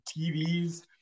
TVs